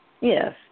Yes